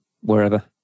wherever